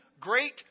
great